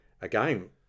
again